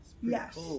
yes